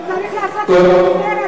אתה צריך לעשות את זה הרבה,